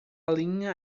linha